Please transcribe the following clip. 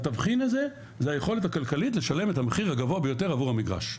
והתבחין הזה הוא היכולת הכלכלית לשלם את המחיר הגבוה ביותר עבור המגרש.